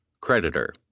Creditor